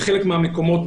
בחלק מהמקומות,